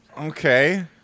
Okay